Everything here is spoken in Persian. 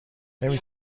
نمی